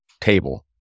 table